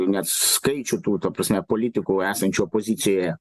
net skaičių tų ta prasme politikų esančių opozicijoje